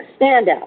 standout